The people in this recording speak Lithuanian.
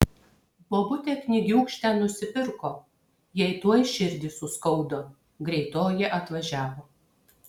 bobutė knygiūkštę nusipirko jai tuoj širdį suskaudo greitoji atvažiavo